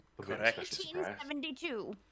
1872